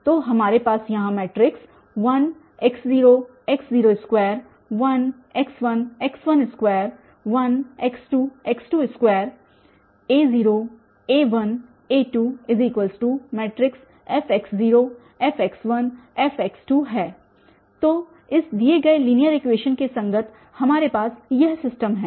तो हमारे पास यहाँ 1 x0 x02 1 x1 x12 1 x2 x22 a0 a1 a2 fx0 fx1 fx2 है तो इस दिए गए लीनियर इक्वेशन्स के संगत हमारे पास यह सिस्टम है